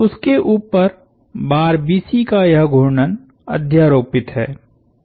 उसके ऊपर बार BC का यह घूर्णन अध्यारोपित है